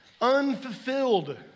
unfulfilled